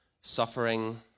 suffering